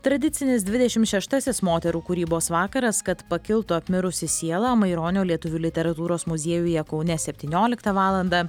tradicinis dvidešim šeštasis moterų kūrybos vakaras kad pakiltų apmirusi siela maironio lietuvių literatūros muziejuje kaune septynioliktą valandą